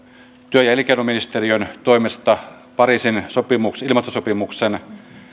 työ ja elinkeinoministeriön toimesta pariisin ilmastosopimuksen